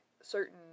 certain